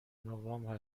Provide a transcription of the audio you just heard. نوامبر